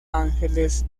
ángeles